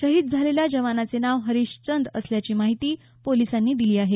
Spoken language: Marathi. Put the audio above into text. शहीद झालेल्या जवानाचे नाव हरीश चंद असल्याची माहिती पोलिसांनी दिली आहे